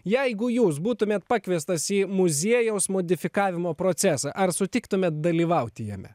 jeigu jūs būtumėt pakviestas į muziejaus modifikavimo procesą ar sutiktumėt dalyvauti jame